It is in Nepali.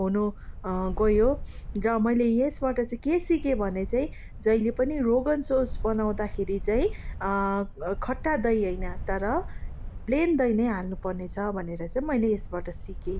हुनु गयो र मैले यसबाट चाहिँ के सिकेँ भने चाहिँ जहिले पनि रोगन जोस बनाउदाखेरि चाहिँ खट्टा दही होइन तर प्लेन दही नै हाल्नु पर्नेछ भनेर चाहिँ मैले यसबाट सिकेँ